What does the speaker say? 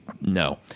no